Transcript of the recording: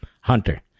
Hunter